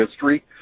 history